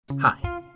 Hi